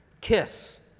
Kiss